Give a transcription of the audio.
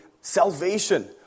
salvation